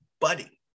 Buddy